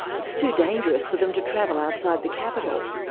it's too dangerous for them to travel outside the capital.